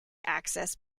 access